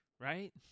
right